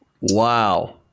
wow